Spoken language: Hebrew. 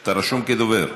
אתה רשום כדובר.